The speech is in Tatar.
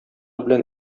белән